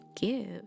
give